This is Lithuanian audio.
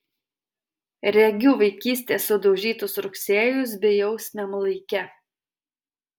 regiu vaikystės sudaužytus rugsėjus bejausmiam laike